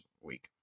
week